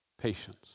patience